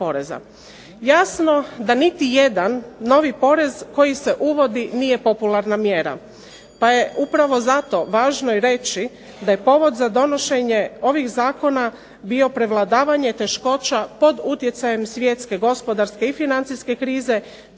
Jasno da niti jedan novi porez koji se uvodi nije popularna mjera, pa je upravo zato važno i reći da je povod za donošenje ovih zakona bio prevladavanje teškoća pod utjecajem svjetske gospodarske i financijske krize